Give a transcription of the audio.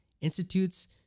institutes